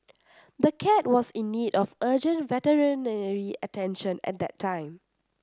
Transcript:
the cat was in need of urgent veterinary attention at the time